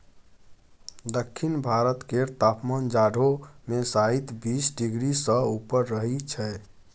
दक्षिण भारत केर तापमान जाढ़ो मे शाइत बीस डिग्री सँ ऊपर रहइ छै